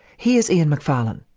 here's ian macfarlane.